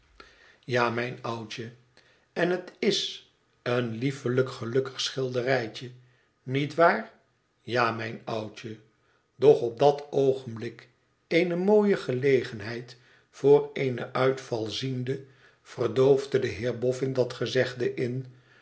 ja mijn oudje ta het ia een liefelijk gelukkig schilderijtje niet waar ja mijn oudje düch op dat oogenblik eene mooie gelegenheid voor een uitval ziende verdoofde de heer boffin dat gezegde in